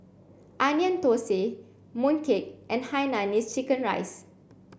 Onion Thosai Mooncake and Hainanese chicken rice